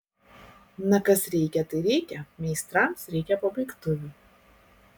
na kas reikia tai reikia meistrams reikia pabaigtuvių